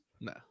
No